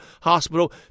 hospital